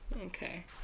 Okay